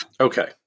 Okay